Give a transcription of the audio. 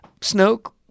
Snoke